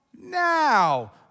Now